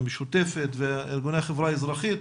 המשותפת וארגוני החברה האזרחית,